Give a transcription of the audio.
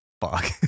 Fuck